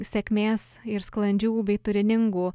sėkmės ir sklandžių bei turiningų